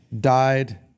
died